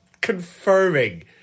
confirming